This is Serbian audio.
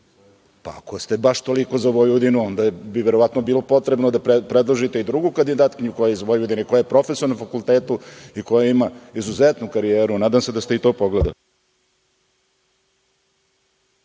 Pa, ako ste baš toliko za Vojvodinu, onda bi verovatno bilo potrebno da predložite i drugu kandidatkinju koja je iz Vojvodine, koja je profesor na fakultetu i koja ima izuzetnu karijeru. Nadam se da ste i to pogledali.